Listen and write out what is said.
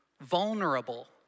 vulnerable